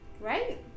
Right